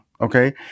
Okay